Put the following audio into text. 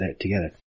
together